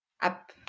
up